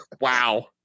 Wow